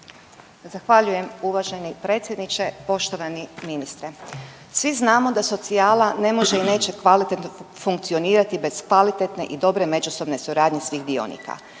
Zahvaljujem uvaženi predsjedniče. Poštovani ministre, svi znamo da socijala ne može i neće kvalitetno funkcionirati bez kvalitetne i dobre međusobne suradnje svih dionika.